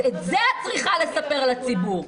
אז את זה את צריכה לספר לציבור.